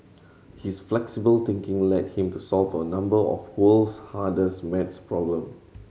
his flexible thinking led him to solve a number of world's hardest math problem